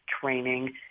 training